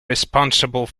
responsible